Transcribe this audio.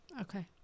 Okay